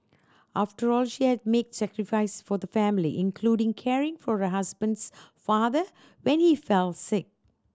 after all she had made sacrifice for the family including caring for her husband's father when he fell sick